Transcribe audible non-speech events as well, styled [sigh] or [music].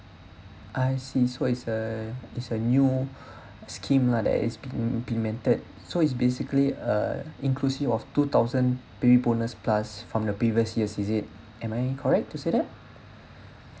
I see so it's uh it's a new [breath] scheme lah that is been implemented so is basically uh inclusive of two thousand baby bonus plus from the previous years is it am I correct to say that